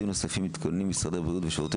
אילו צעדים נוספים מתכוננים משרד הבריאות ושירותי